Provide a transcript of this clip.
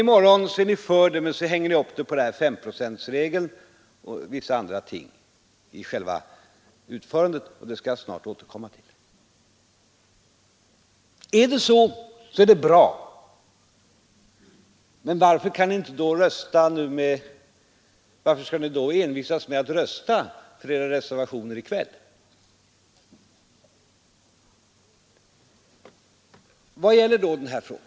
I morgon accepterar ni det men hänger upp er på 5-procentsregeln och vissa andra ting i förslagets utformning. Jag skall snart återkomma till den saken. Och är det så, så är det bra. Men varför skall ni då envisas med att rösta för era reservationer i kväll? Vad gäller hela denna fråga?